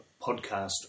Podcast